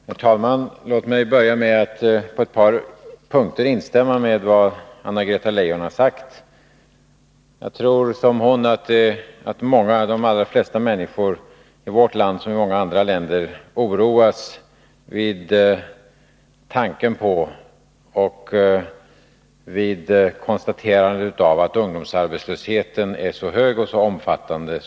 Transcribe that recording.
Herr talman! Låt mig börja med att på ett par punkter instämma i vad Anna-Greta Leijon har sagt. Jag tror som hon att många, de allra flesta människor i vårt land liksom i många andra länder, oroas vid konstaterandet att ungdomsarbetslösheten är så hög och så omfattande.